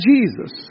Jesus